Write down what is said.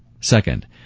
Second